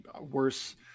worse